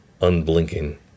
unblinking